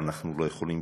אנחנו לא יכולים,